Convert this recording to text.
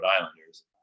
Islanders